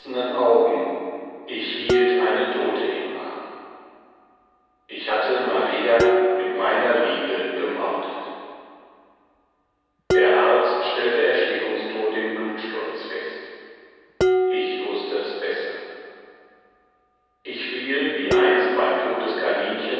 augen ich hielt eine tote im arm ich hatte maria mit meiner liebe gemordet der arzt stellte erstickungstod im blutsturz fest ich wußte es besser ich fiel wie einst beim tod des kaninchens